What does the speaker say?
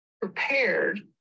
prepared